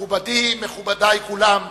מכובדי, מכובדי כולם,